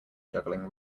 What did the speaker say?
juggling